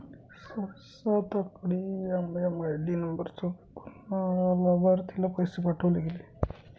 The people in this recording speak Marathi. सात आकडी एम.एम.आय.डी नंबरचा उपयोग करुन अलाभार्थीला पैसे पाठवले गेले